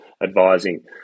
advising